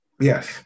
Yes